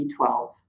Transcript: B12